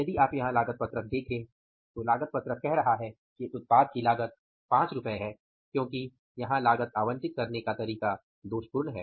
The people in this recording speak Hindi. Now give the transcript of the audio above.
यदि आप यहां लागत पत्रक देखें तो लागत पत्रक कह रहा है कि इस उत्पाद की लागत 5 रु है क्योंकि यहां लागत आवंटित करने का तरीका दोषपूर्ण है